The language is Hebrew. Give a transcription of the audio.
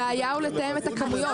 הבעיה היא לתאם את הכמויות,